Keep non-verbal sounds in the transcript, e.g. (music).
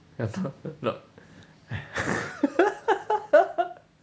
ya no (laughs)